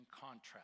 contrast